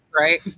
Right